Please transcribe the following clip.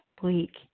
bleak